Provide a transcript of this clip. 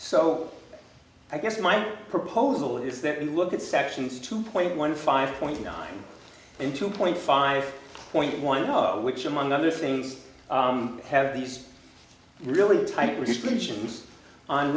so i guess my proposal is that we look at sections two point one five point one in two point five point one of which among other things have these really tight restrictions on